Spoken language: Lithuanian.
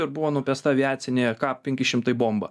ir buvo numesta aviacinė ka penki šimtai bomba